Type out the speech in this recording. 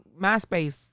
MySpace